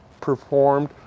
performed